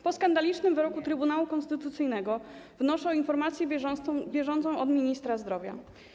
Po skandalicznym wyroku Trybunału Konstytucyjnego wnoszę o informację bieżącą od ministra zdrowia.